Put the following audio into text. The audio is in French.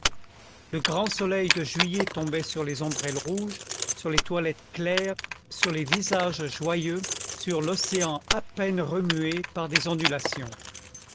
le grand soleil de juillet tombait sur les ombrelles rouges sur les toilettes claires sur les visages joyeux sur l'océan à peine remué par des ondulations